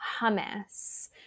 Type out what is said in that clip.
hummus